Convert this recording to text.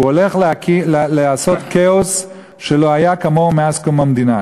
הוא הולך לעשות כאוס שלא היה כמוהו מאז קום המדינה.